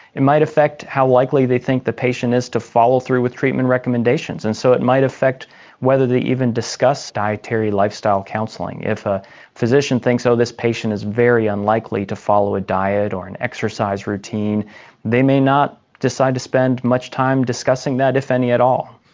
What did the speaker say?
it might affect how likely they think the patient is to follow through with treatment recommendations, and so it might affect whether they even discuss dietary lifestyle counselling. if a physician thinks, oh, this patient is very unlikely to follow a diet or an exercise routine they may not decide to spend much time discussing that, if any at all.